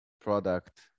product